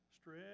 Stretch